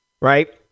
right